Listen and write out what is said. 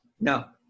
No